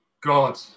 God